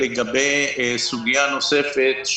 סוגיה נוספת,